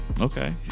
okay